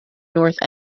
north